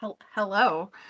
Hello